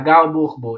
הגר בוחבוט,